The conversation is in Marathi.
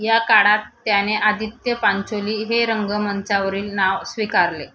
या काळात त्याने आदित्य पांचोली हे रंग मंचावरील नाव स्विकारले